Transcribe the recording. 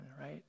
right